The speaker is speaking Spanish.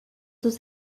sus